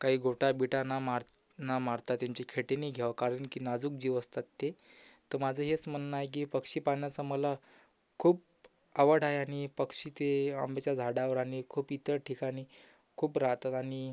काही गोटा बिटा न मार नं मारता त्यांची खेटेनी घ्याव कारण की नाजूक जीव असतात ते तर माझं हेच म्हणणं आहे की पक्षी पाहण्याची मला खूप आवड आहे आणि पक्षी ते आंब्याच्या झाडावर आणि खूप इतर ठिकाणी खूप राहतात आणि